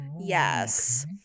Yes